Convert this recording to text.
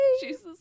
Jesus